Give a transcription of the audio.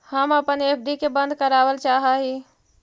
हम अपन एफ.डी के बंद करावल चाह ही